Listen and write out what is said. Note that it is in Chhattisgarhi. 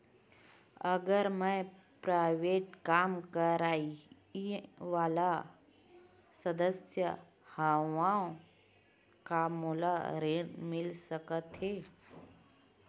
अगर मैं प्राइवेट काम करइया वाला सदस्य हावव का मोला ऋण मिल सकथे?